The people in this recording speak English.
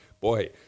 Boy